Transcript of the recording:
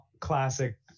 classic